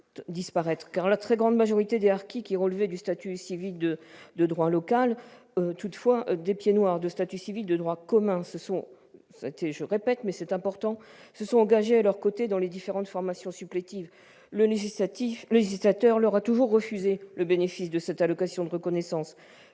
disparaître. La très grande majorité des harkis relevaient du statut civil de droit local. Toutefois, des pieds-noirs, de statut civil de droit commun, se sont engagés à leurs côtés dans les différentes formations supplétives. Le législateur leur a toujours refusé le bénéfice de l'allocation de reconnaissance.